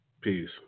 peace